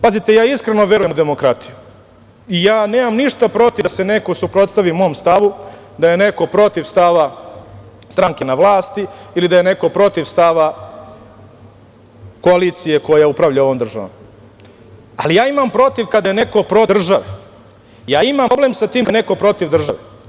Pazite, ja iskreno verujem u demokratiju i ja nemam ništa protiv da se neko suprotstavi mom stavu, da je neko protiv stava stranke na vlasti ili da je neko protiv stava koalicije koja upravlja ovom državom, ali ja imam protiv kada je neko protiv države, ja imam problem sa tim kada je neko protiv države.